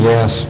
Yes